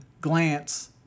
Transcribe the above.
glance